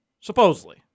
supposedly